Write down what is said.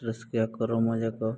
ᱨᱟᱹᱥᱠᱟᱹᱭᱟᱠᱚ ᱨᱚᱢᱚᱡᱟ ᱠᱚ